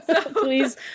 Please